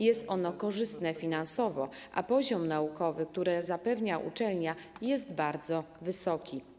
Jest ono korzystne finansowo, a poziom naukowy, który zapewnia uczelnia, jest bardzo wysoki.